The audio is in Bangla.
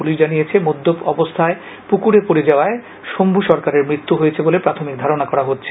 পুলিশ জানিয়েছে মদ্যপ অবস্থায় পুকুরে পড়ে যাওয়ায় শঙ্কু সরকারের মৃত্যু হয়েছে বলে প্রাথমিক ধারণা করা হচ্ছে